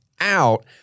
out